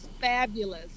fabulous